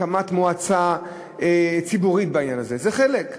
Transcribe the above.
הקמת מועצה ציבורית בעניין הזה זה חלק,